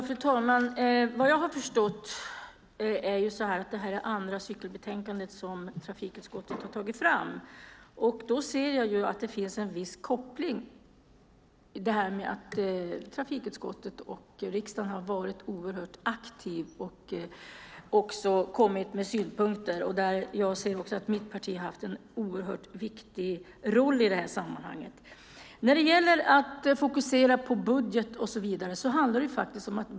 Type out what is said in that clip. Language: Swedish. Fru talman! Jag har förstått att det här är det andra cykelbetänkandet som trafikutskottet har tagit fram. Jag ser att det finns en viss koppling till att riksdagen och trafikutskottet har varit oerhört aktiva och kommit med synpunkter. Jag ser också att mitt parti har haft en oerhört viktig roll i det sammanhanget.